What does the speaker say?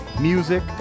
music